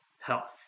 health